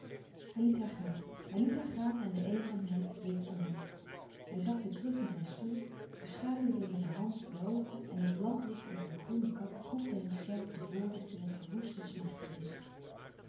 hij liet haar gaan hij liet haar gaan en de eenzaamheid bleef om hem hij zakte terug in zijn stoel beschaduwde met de hand de oogen en het lamplicht onder de groene kap groefde hem scherp de vorens in het verwoeste